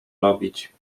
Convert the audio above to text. robić